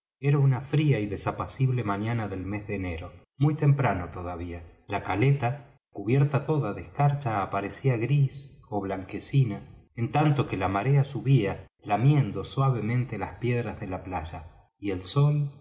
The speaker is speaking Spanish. era una fría y desapacible mañana del mes de enero muy temprano todavía la caleta cubierta toda de escarcha aparecía gris ó blanquecina en tanto que la maréa subía lamiendo suavemente las piedras de la playa y el sol